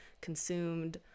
consumed